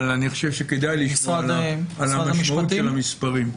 אבל כדאי לשמוע על משמעות המספרים,